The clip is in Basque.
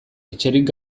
etxerik